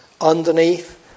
Underneath